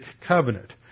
covenant